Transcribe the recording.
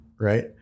right